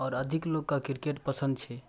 आओर अधिक लोकके किरकेट पसन्द छै